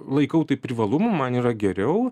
laikau tai privalumu man yra geriau